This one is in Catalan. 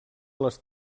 les